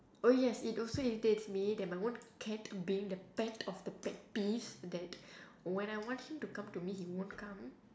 oh yes it also irritates me that my own cat being the pet of the pet peeves that when I want him to come to me he won't come